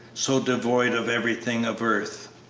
so devoid of everything of earth!